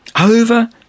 Over